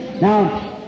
Now